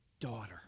Daughter